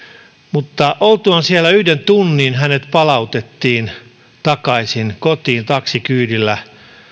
mutta hänen oltuaan siellä yhden tunnin hänet palautettiin takaisin kotiin taksikyydillä